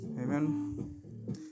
Amen